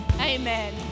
Amen